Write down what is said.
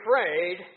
afraid